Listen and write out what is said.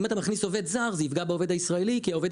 אם אתה מכניס עובד זר זה יפגע בעובד הישראלי כי העובד